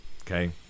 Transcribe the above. okay